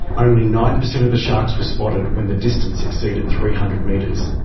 only nine percent of the sharks were spotted when the distance exceeded three hundred metres.